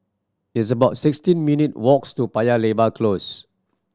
it's about sixteen minute walks' to Paya Lebar Close